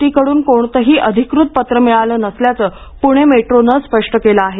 T कडून कोणतंही अधिकृत पत्र मिळालं नसल्याचं पुणे मेट्रोनं स्पष्ट केलं आहे